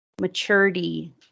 Maturity